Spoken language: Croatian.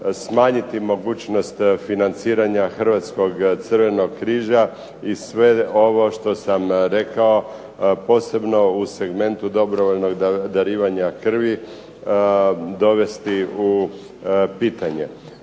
smanjiti mogućnost financiranja Hrvatskog Crvenog križa i sve ovo što sam rekao, posebno u segmentu dobrovoljnog darivanja krvi, dovesti u pitanje.